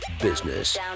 business